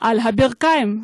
על הברכיים.